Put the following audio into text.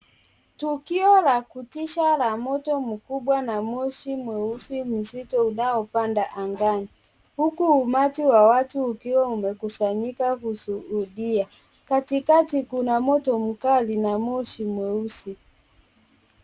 Tukio la kutisha la moto mkubwa na moshi mweusi mzito unaopanda angani, huku umati wa watu ukiwa umekusanyika kushuhudia. Katikati kuna moto mkali na moshi mweusi.